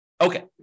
Okay